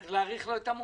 צריך להאריך לו את המועד.